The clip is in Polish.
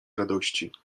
radości